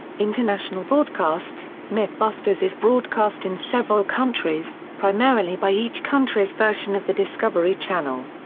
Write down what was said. international broadcasts mythbusters is broadcast in several countries, primarily by each country's version of the discovery channel.